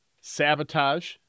Sabotage